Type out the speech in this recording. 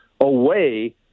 away